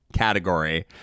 category